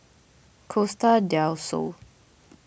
Costa del Sol